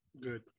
Good